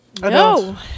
No